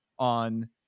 on